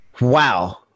Wow